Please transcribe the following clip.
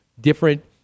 Different